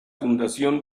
fundación